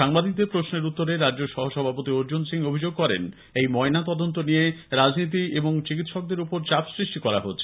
সাংবাদিকদের প্রশ্নের উত্তরে রাজ্য সহ সভাপতি অর্জুন সিং অভিযোগ করেনএই ময়না তদন্ত নিয়ে রাজনীতি এবং চিকিৎসকদের ওপর চাপ সৃষ্টি করা হচ্ছে